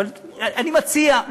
אבל אני מציע,